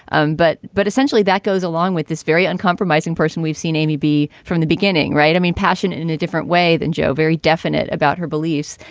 um but but essentially that goes along with this very uncompromising person. we've seen m e b. from the beginning. right. i mean, passion and in a different way than joe, very definite about her beliefs.